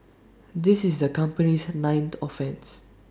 this is the company's ninth offence